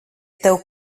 tev